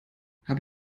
habe